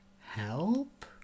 help